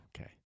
okay